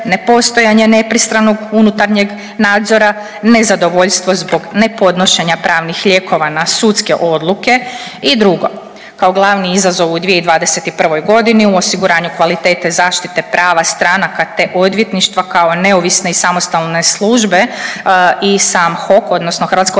nepostojanje nepristranog unutarnjeg nadzora, nezadovoljstvo zbog nepodnošenja pravnih lijekova na sudske odluke i drugo. Kao glavni izazov u 2021. godini u osiguranju kvalitete zaštite prava stranaka te odvjetništva kao neovisne i samostalne službe i sam HOK odnosno Hrvatska